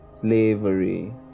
slavery